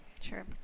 Sure